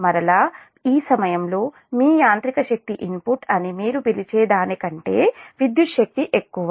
మరలా ఈ సమయంలో మీ యాంత్రిక శక్తి ఇన్పుట్ అని మీరు పిలిచే దానికంటే విద్యుత్ శక్తి ఎక్కువ